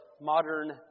modern